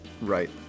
right